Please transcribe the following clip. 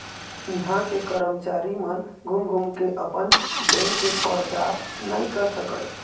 इहां के करमचारी मन घूम घूम के अपन बेंक के परचार नइ कर सकय